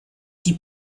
die